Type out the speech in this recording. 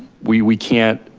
we we can't